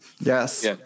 Yes